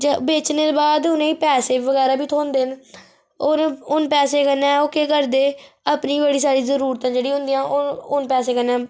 बेचने दे बाद उनेंगी पैसे बगैरा बी थ्होंदे न और हुन पैसे कन्नै ओह् केह् करदे अपनी बड़ी सारी जरूरतां जेहड़ियां होंदियां ओह् उनें पैसें कन्नै